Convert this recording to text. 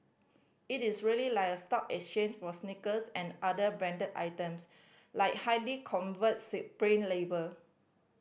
it is really like a stock exchange for sneakers and other branded items like highly coveted Supreme label